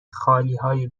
خالیهای